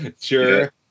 sure